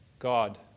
God